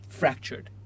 fractured